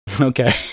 Okay